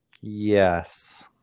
Yes